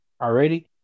already